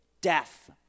death